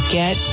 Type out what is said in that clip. get